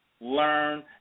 learn